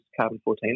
carbon-14